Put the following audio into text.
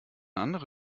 andere